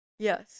Yes